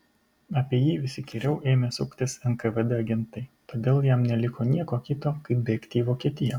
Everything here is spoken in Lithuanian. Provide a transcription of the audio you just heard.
apie jį vis įkyriau ėmė suktis nkvd agentai todėl jam neliko nieko kito kaip bėgti į vokietiją